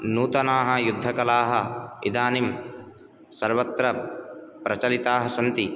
नूतनाः युद्धकलाः इदानिं सर्वत्र प्रचलिताः सन्ति